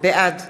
בעד